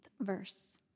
verse